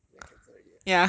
means I cancer already ah